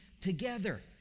together